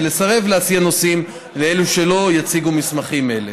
ולסרב להסיע נוסעים שלא יציגו מסמכים אלה.